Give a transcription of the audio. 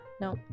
No